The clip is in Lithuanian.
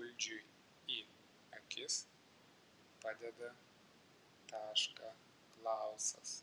uldžiui į akis padeda tašką klausas